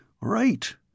Right